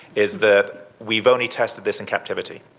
is that we've only tested this in captivity.